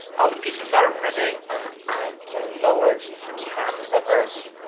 all the pieces are ready and i can lower these cam levers,